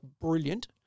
brilliant